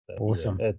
Awesome